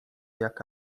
jak